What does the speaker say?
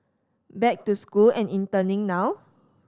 back to school and interning now